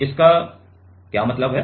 इसका क्या मतलब है